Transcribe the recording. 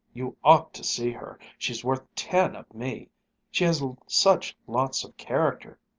you ought to see her! she's worth ten of me she has such lots of character!